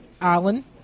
Alan